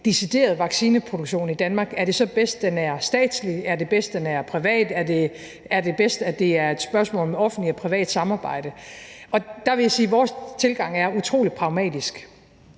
decideret vaccineproduktionen i Danmark, er det så bedst, den er statslig? Er det bedst, at den er privat? Er det bedst, at det er et spørgsmål om offentlig-privat samarbejde? Der vil jeg sige, at vores tilgang er utrolig pragmatisk.